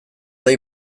dei